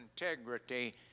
integrity